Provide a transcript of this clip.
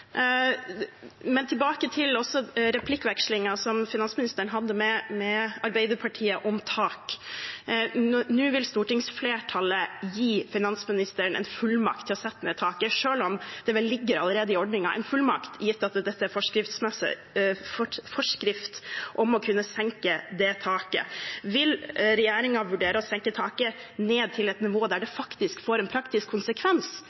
Men tilbake til replikkvekslingen som finansministeren hadde med Arbeiderpartiet om tak. Nå vil stortingsflertallet gi finansministeren en fullmakt til å sette ned taket, selv om det vel allerede ligger i ordningen en fullmakt, gitt at det er en forskrift om å kunne senke det taket. Vil regjeringen vurdere å senke taket ned til et nivå der det faktisk får en praktisk konsekvens?